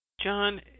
John